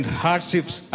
hardships